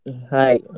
Hi